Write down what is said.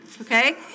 okay